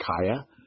Kaya